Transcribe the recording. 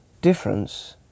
difference